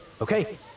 okay